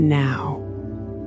now